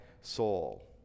soul